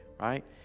right